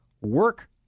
work